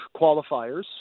qualifiers